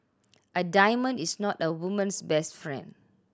a diamond is not a woman's best friend